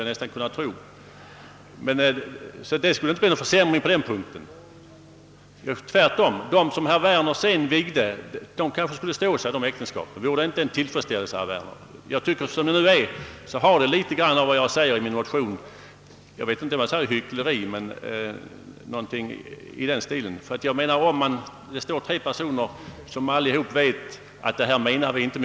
På den punkten skulle det alltså inte bli någon försämring, utan tvärtom skulle de äktenskap kanske hålla bättre där herr Werner i fortsättningen fick förrätta vigsel. Vore inte det en tillfredsställelse för herr Werner? Jag tycker, som jag säger i min motion, att det är något av hyckleri att det nu vid en kyrklig vigsel står tre personer som inte samtliga bejakar innebörden av den ceremoni de deltager i.